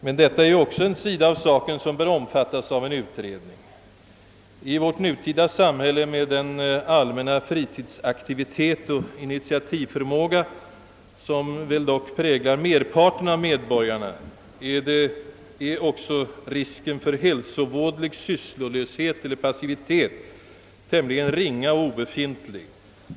Men detta är också en sida av saken som bör omfattas av en utredning. I vårt nutida samhälle med den allmänna fritidsaktivitet och initiativförmåga som väl dock präglar merparten av medborgarna torde risken för hälsovådlig sysslolöshet eller passivitet vara tämligen ringa för att inte säga obefintlig.